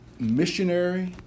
missionary